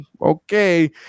Okay